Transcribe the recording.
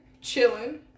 chilling